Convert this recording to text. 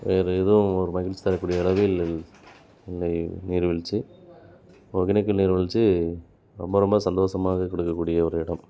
வேறு ஏதோ ஒரு மகிழ்ச்சி தரக்கூடிய அளவில் நீர்வீழ்ச்சி ஒகேனக்கல் நீர்வீழ்ச்சி ரொம்ப ரொம்ப சந்தோசமாக குளிக்கக் கூடிய ஒரு இடம்